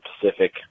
Pacific